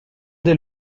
des